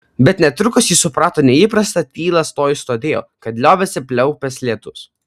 bet netrukus ji suprato neįprastą tylą stojus todėl kad liovėsi pliaupęs lietus